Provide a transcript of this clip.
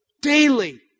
daily